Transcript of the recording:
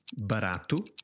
barato